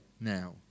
now